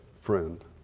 friend